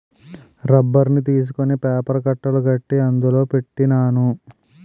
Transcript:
రబ్బర్ని తీసుకొని పేపర్ కట్టలు కట్టి అందులో పెట్టినాను